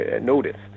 noticed